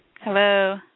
Hello